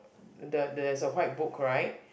the there's a white book right